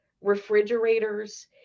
refrigerators